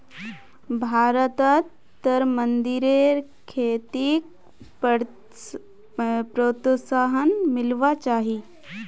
भारतत तरमिंदेर खेतीक प्रोत्साहन मिलवा चाही